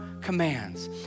commands